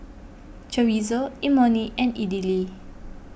Chorizo Imoni and Idili